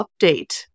update